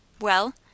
Well